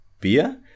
beer